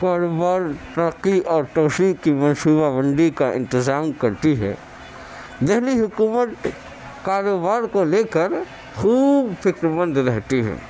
کاروبار ترقی اور توسیع کی منصوبہ بندی کا انتظام کرتی ہے دہلی حکومت کاروبار کو لے کر خوب فکرمند رہتی ہے